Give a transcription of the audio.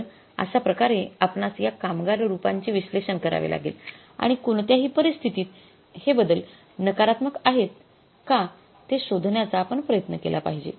तर अश्याप्रकारे आपणास या कामगार रूपांचे विश्लेषण करावे लागेल आणि कोणत्याही परिस्थितीत हे बदल नकारत्मक आहेत का ते शोधण्याचा आपण प्रयत्न केला पाहिजे